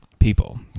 People